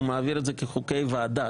הוא מעביר את זה כחוקי ועדה.